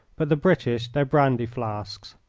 but the british their brandy-flasks.